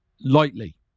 lightly